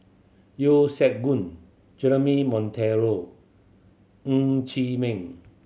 Yeo Siak Goon Jeremy Monteiro Ng Chee Ming